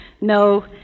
No